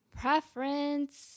Preference